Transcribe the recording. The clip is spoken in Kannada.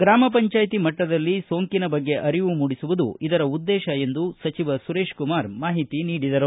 ಗ್ರಾಮ ಪಂಚಾಯತಿ ಮಟ್ಟದಲ್ಲಿ ಸೋಂಕಿನ ಬಗ್ಗೆ ಅರಿವು ಮೂಡಿಸುವುದು ಇದರ ಉದ್ದೇಶ ಎಂದು ಸಚಿವ ಸುರೇಶ್ಕುಮಾರ್ ಮಾಹಿತಿ ನೀಡಿದರು